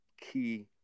key